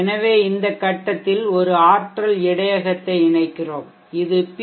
எனவே இந்த கட்டத்தில் ஒரு ஆற்றல் இடையகத்தை இணைக்கிறோம் இது பி